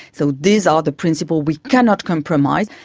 so these are the principles we cannot compromise.